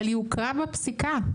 אבל היא הוכרה בפסיקה,